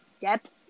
depth